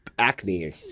Acne